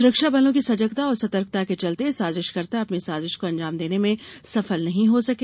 सुरक्षा बलों की सजगता और सतर्कता के चलते साजिशकर्ता अपनी साजिश को अंजाम देने में सफल नहीं हो सके